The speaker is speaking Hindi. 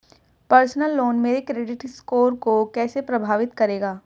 पर्सनल लोन मेरे क्रेडिट स्कोर को कैसे प्रभावित करेगा?